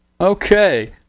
Okay